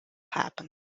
happen